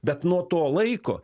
bet nuo to laiko